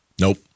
Nope